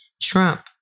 Trump